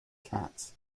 cats